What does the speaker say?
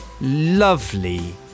lovely